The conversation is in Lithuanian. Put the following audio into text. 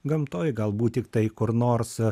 gamtoj galbūt tiktai kur nors